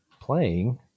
playing